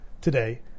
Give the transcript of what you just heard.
today